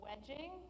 wedging